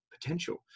potential